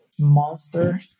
monster